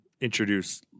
introduce